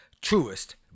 truest